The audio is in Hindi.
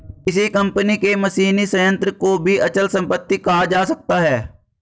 किसी कंपनी के मशीनी संयंत्र को भी अचल संपत्ति कहा जा सकता है